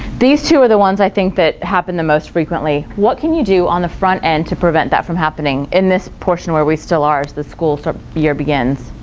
these two are the ones i think that happen the most frequently, what can you do on the front end to prevent that from happening in this portion where we still are as the school year begins?